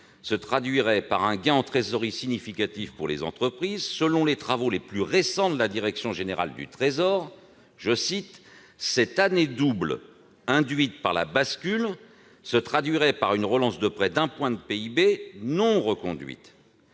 se traduirait par un gain en trésorerie significatif pour les entreprises. Selon les travaux les plus récents de la Direction générale du Trésor, cette " année double " induite par la bascule se traduirait par une relance de près d'un point de PIB, non reconduite.